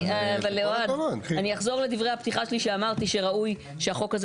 אני אחזור לדברי הפתיחה שלי שאמרתי שראוי שהחוק הזה